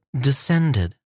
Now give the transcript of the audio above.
descended